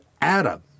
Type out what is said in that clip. Adam